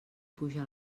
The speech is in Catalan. puja